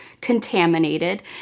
contaminated